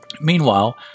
Meanwhile